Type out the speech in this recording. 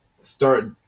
start